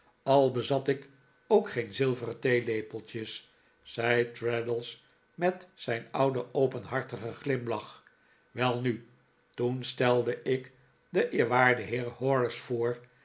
al bezat ik ook geen zilveren theelepeltjes zei traddles met zijn ouden openhartigen glimlach welnu toen stelde ik den eerwaarden heer horace voor